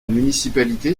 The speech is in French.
municipalité